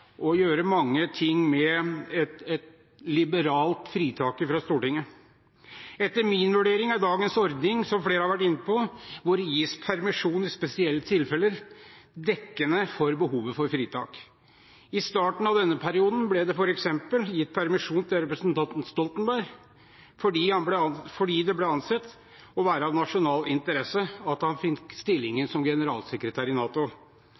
å gjøre mange ting med et liberalt fritak fra Stortinget. Etter min vurdering er dagens ordning – som flere har vært inne på, hvor det gis permisjon i spesielle tilfeller – dekkende for behovet for fritak. I starten av denne perioden ble det f.eks. gitt permisjon til representanten Stoltenberg fordi det ble ansett å være av nasjonal interesse at han fikk stillingen som generalsekretær i NATO.